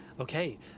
Okay